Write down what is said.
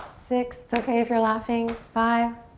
six, it's okay if you're laughing. five,